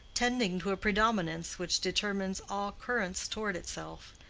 tending to a predominance which determines all currents toward itself,